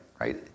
right